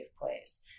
place